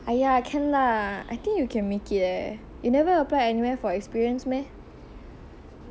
!aiya! can lah I think you can make it eh you never apply anywhere for experience meh